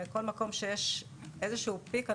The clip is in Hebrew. כל מקום שיש איזשהו פיק,